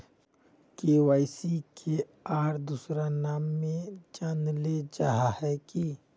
KYC के आर दोसरा नाम से जानले जाहा है की?